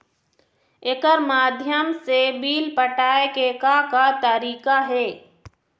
एकर माध्यम से बिल पटाए के का का तरीका हे?